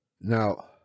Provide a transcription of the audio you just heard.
Now